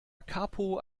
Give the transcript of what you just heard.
capo